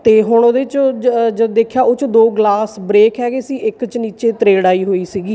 ਅਤੇ ਹੁਣ ਉਹਦੇ 'ਚ ਜ ਜਦੋਂ ਦੇਖਿਆ ਉਹ 'ਚੋਂ ਦੋ ਗਲਾਸ ਬਰੇਕ ਹੈਗੇ ਸੀ ਇੱਕ 'ਚ ਨੀਚੇ ਤਰੇੜ ਆਈ ਹੋਈ ਸੀਗੀ